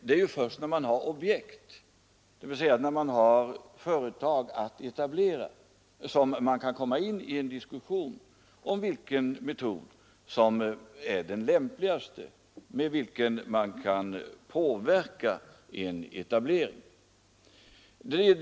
Det är först när man har objekt, dvs. när man har företag att etablera, som man kan komma in i en diskussion om vilken metod som är den lämpligaste för att man skall kunna påverka en etablering.